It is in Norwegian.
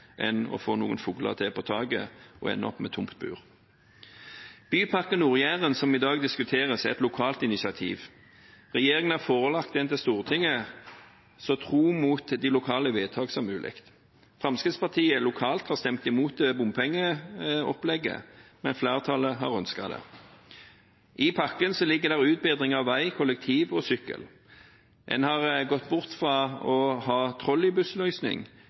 enn å få noen fugler til på taket og ende opp med tomt bur. Bypakke Nord-Jæren, som i dag diskuteres, er et lokalt initiativ. Regjeringen har forelagt den for Stortinget så tro mot de lokale vedtak som mulig. Fremskrittspartiet lokalt har stemt imot bompengeopplegget, men flertallet har ønsket det. I pakken ligger det utbedring av vei, kollektiv og sykkel. En har gått bort fra å ha